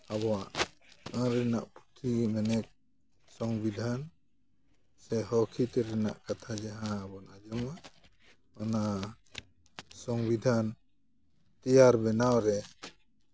ᱟᱵᱚᱣᱟᱜ ᱟᱹᱱ ᱨᱮᱱᱟᱜ ᱯᱩᱛᱷᱤ ᱢᱮᱱᱮᱫ ᱥᱚᱝᱵᱤᱫᱷᱟᱱ ᱥᱮ ᱦᱚᱸᱠᱦᱤᱛ ᱨᱮᱱᱟᱜ ᱠᱟᱛᱷᱟ ᱡᱟᱦᱟᱸ ᱟᱵᱚᱵᱚᱱ ᱟᱸᱡᱚᱢᱟ ᱚᱱᱟ ᱥᱚᱝᱵᱤᱫᱷᱟᱱ ᱛᱮᱭᱟᱨ ᱵᱮᱱᱟᱣᱨᱮ